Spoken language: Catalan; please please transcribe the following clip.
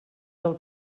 del